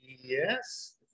Yes